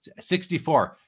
64